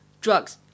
drugs